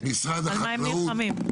על מה הם נלחמים.